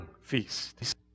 feast